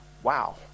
Wow